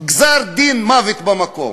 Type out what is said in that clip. גזר-דין מוות במקום.